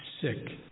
sick